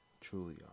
truly